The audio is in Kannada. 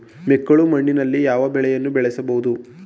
ಮೆಕ್ಕಲು ಮಣ್ಣಿನಲ್ಲಿ ಯಾವ ಬೆಳೆಯನ್ನು ಬೆಳೆಯಬಹುದು?